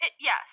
Yes